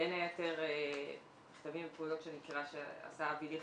בין היתר מכתבים ופעולות שאני מכירה שעשה אבי ליכט,